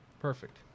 perfect